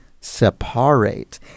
Separate